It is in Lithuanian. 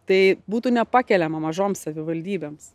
tai būtų nepakeliama mažoms savivaldybėms